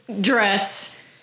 dress